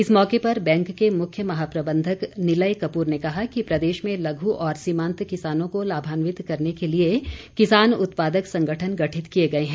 इस मौके पर बैंक के मुख्य महाप्रबंधक निलय कपूर ने कहा कि प्रदेश में लघु और सीमांत किसानों को लामान्वित करने के लिए किसान उत्पादक संगठन गठित किए गए हैं